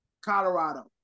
Colorado